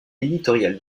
éditorial